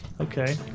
Okay